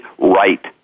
right